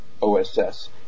OSS